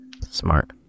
Smart